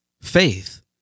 faith